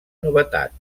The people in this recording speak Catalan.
novetat